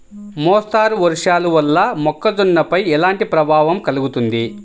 మోస్తరు వర్షాలు వల్ల మొక్కజొన్నపై ఎలాంటి ప్రభావం కలుగుతుంది?